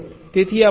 તેથી આ પદ્ધતિ છે